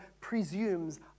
presumes